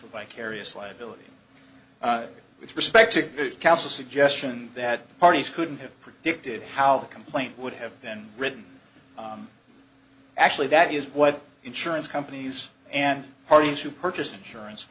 vicarious liability with respect to counsel suggestion that the parties couldn't have predicted how complaint would have been written actually that is what insurance companies and parties who purchase insurance